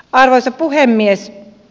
arvoisa puhemies